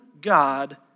God